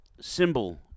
symbol